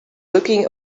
looking